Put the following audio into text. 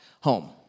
home